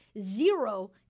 zero